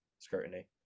scrutiny